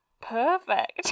perfect